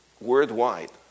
worldwide